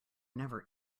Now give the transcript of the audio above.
never